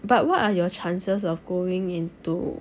but what are your chances of going into